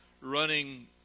running